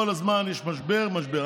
כל הזמן יש משבר, משבר.